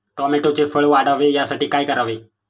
टोमॅटोचे फळ वाढावे यासाठी काय करावे?